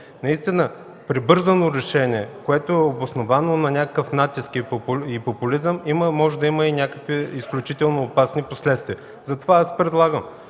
Наистина прибързано решение, което е обосновано на някакъв натиск и популизъм, може да има и някакви изключително опасни последствия. Затова предлагам